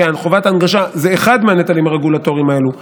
וחובת ההנגשה הוא אחד הנטלים הרגולטוריים האלה,